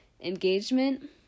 Engagement